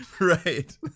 Right